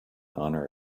honor